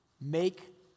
make